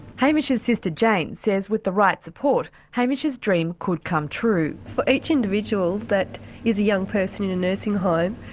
hamish's sister jane says with the right support, hamish's dream could come true. for each individual that is a young person in a nursing home